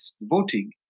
Voting